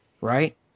right